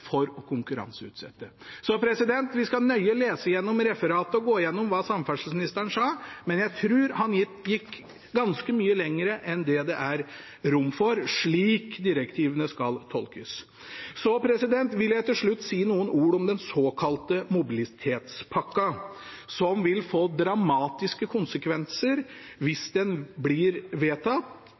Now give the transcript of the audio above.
Vi skal lese referatet nøye og gå igjennom hva samferdselsministeren sa, men jeg tror han gikk ganske mye lenger enn det er rom for slik direktivene skal tolkes. Så vil jeg til slutt si noen ord om den såkalte mobilitetspakken, som hvis den blir vedtatt, vil få dramatiske konsekvenser